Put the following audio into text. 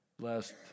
last